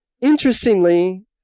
interestingly